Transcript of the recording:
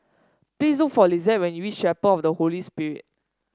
please look for Lisette when you reach Chapel of the Holy Spirit